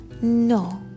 No